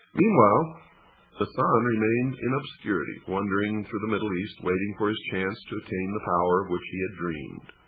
meanwhile hasan remained in obscurity, wandering through the middle east, waiting for his chance to attain the power of which he had dreamed.